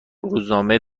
روزنامه